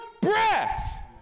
breath